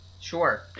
Sure